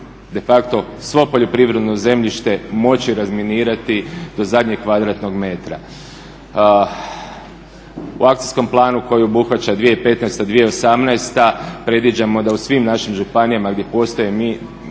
de facto svo poljoprivredno zemljište moći razminirati do zadnjeg kvadratnog metra. U akcijskom planu koji obuhvaća 2015.-2018.predviđamo da u svim našim županijama gdje postoje